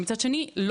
מצד שני,